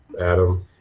adam